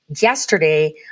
Yesterday